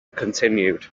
continued